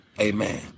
Amen